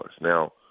Now